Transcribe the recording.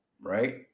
Right